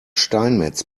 steinmetz